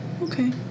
Okay